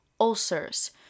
ulcers